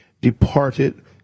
departed